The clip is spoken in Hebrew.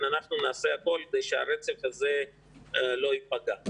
נעשה הכול כדי שהרצף הזה לא ייפגע.